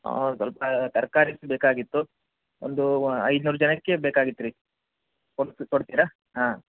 ಹೌದು ಸ್ವಲ್ಪ ತರಕಾರಿ ಬೇಕಾಗಿತ್ತು ಒಂದು ಐನೂರು ಜನಕ್ಕೆ ಬೇಕಾಗಿತ್ತು ರೀ ಕೊಡ ಕೊಡ್ತೀರಾ ಹಾಂ